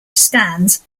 stands